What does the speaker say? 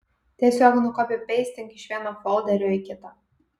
tiesiog nukopipeistink iš vieno folderio į kitą